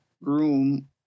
room